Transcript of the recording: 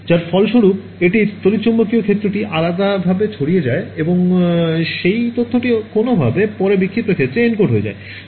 যার ফলস্বরূপ এটির তড়িৎচুম্বকীয় ক্ষেত্রটি আলাদাভাবে ছড়িয়ে যায় এবং সেই তথ্যটি কোনওভাবে পরে বিক্ষিপ্ত ক্ষেত্রে এনকোড হয়ে যায়